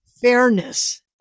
fairness